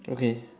okay